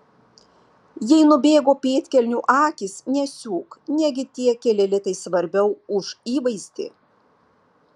jei nubėgo pėdkelnių akys nesiūk negi tie keli litai svarbiau už įvaizdį